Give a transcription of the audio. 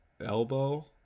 Elbow